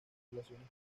relaciones